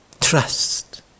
trust